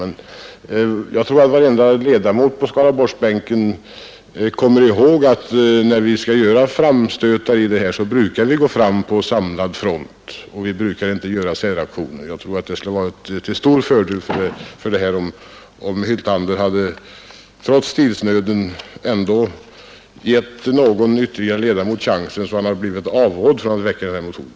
Men jag tror att varje ledamot på Skaraborgsbänken kommer ihåg, att vi brukar gå fram på samlad front, när vi skall göra framstötar. Vi brukar inte göra några säraktioner. Jag tror att det skulle ha varit till stor fördel, om herr Hyltander trots tidsnöden givit någon ytterligare ledamot chansen att avråda honom från att väcka den här motionen.